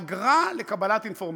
אגרה לקבלת אינפורמציה.